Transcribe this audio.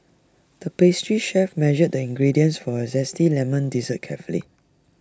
the pastry chef measured the ingredients for A Zesty Lemon Dessert carefully